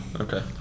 Okay